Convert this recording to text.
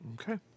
Okay